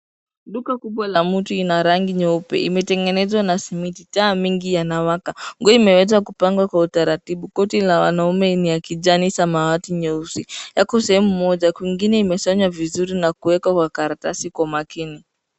Duka kubwa la mtu, ina rangi nyeupe imetengenezwa na cement taa mingi yanawakwa, nguo imeweza kupangwa kwa utaratibu, koti la wanaume ni ya kijani, samawati, nyeusi yako sehemu moja. Kwingine imesanywa vizuri na kuwekwa kwa karatasi kwa makini.